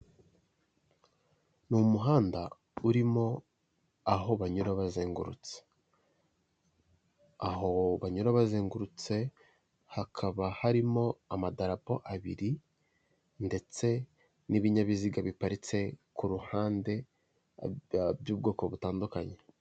Ni umuhanda urimo aho banyura bazengurutse, aho banyura bazengurutse hakaba harimo amadarapo abiri ndetse n'ibinyabiziga biparitse ku ruhande by'ubwoko butandukanye.